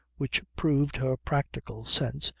which proved her practical sense,